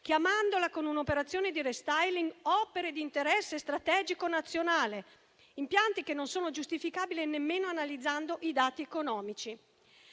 chiamandole, con un'operazione di *restyling*, «opere di interesse strategico nazionale», impianti che non sono giustificabili nemmeno analizzando i dati economici.